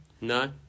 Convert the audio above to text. No